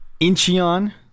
Incheon